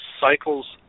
cycles